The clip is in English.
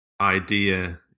idea